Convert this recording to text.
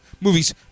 movies